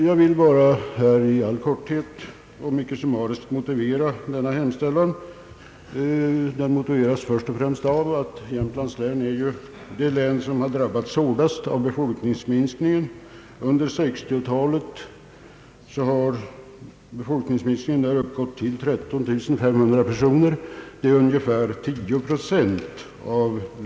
Jag vill nu bara mycket summariskt motivera denna hemställan. Först och främst är Jämtland det län som drabbats hårdast av befolkningsminskningen. Under 1960-talet har befolkningen minskat med 13 500 personer eller med ungefär 10 procent.